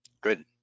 Good